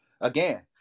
Again